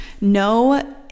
No